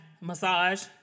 massage